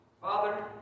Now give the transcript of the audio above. Father